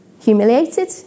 humiliated